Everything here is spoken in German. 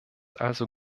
also